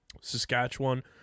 Saskatchewan